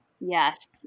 Yes